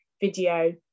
video